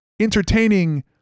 entertaining